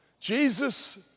Jesus